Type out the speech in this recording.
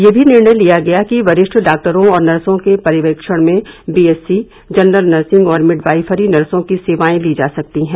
यह निर्णय भी लिया गया कि वरिष्ठ डॉक्टरों और नर्सों के पर्यवेक्षण में बीएससी जनरल नर्सिंग और मिड वाइफरी नर्सों की सेवाएं ली जा सकती हैं